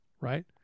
Right